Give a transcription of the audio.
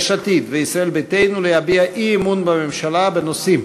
יש עתיד וישראל ביתנו להביע אי-אמון בממשלה בנושאים: